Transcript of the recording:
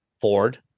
Ford